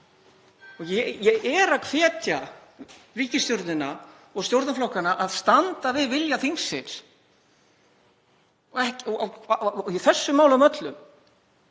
Ég er að hvetja ríkisstjórnina og stjórnarflokkana til að standa við vilja þingsins í þessum málum öllum.